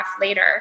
later